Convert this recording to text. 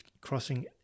crossing